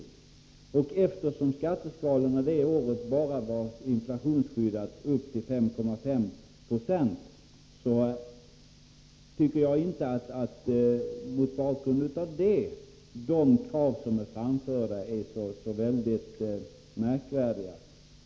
Mot bakgrund av att skatteskalorna det året bara innebar ett inflationsskydd upp till 5,5 96, tycker jag inte att de framförda kraven är så märkvärdiga.